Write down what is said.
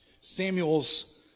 Samuel's